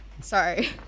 Sorry